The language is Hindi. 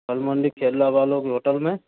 अलमोंडी केरला वालों के होटल में